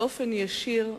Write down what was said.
באופן ישיר,